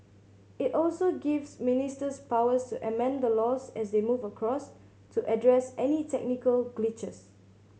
it also gives ministers powers to amend the laws as they move across to address any technical glitches